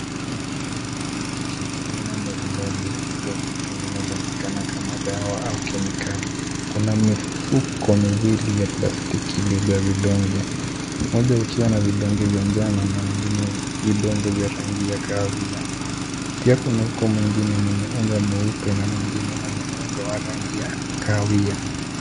Mikono ya mtu ikishika aina mbalimbali ya vitu vinavyoonekana kama dawa au kemikali. Kuna mifuko miwili ya plastiki iliyojaa vidonge, mmoja ukiwa na vidonge vya njano na mwingine vidonge vya rangi ya kahawia. Pia kuna mfuko mwingine mwenye unga mweupe na mwingine mwenye unga wa kahawia.